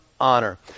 Honor